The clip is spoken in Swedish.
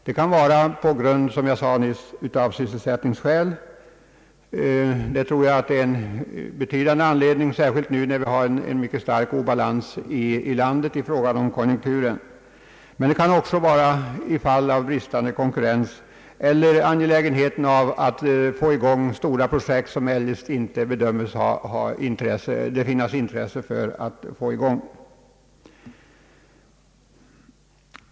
Det kan vara, som jag sade nyss, sysselsättningsskäl. Jag tror det är en betydande anledning, särskilt nu när vi har mycket stark obalans i landet i fråga om konjunkturen. Statligt företagande kan också vara motiverat i fall av bristande konkurrens eller då det är angeläget att få i gång stora projekt, som det eljest inte finns intresse för att sätta i gång.